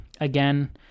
Again